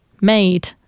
Made